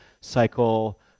cycle